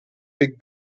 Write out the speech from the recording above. big